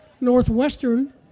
Northwestern